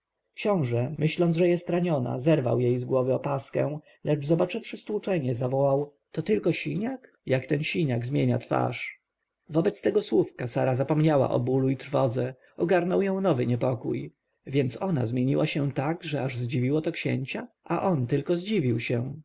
książę myśląc że jest raniona zerwał jej z głowy opaskę lecz zobaczywszy stłuczenie zawołał to tylko siniak jak ten siniak zmienia twarz wobec tego słówka sara zapomniała o bólu i trwodze ogarnął ją nowy niepokój więc ona zmieniła się tak aż to zdziwiło księcia a on tylko zdziwił się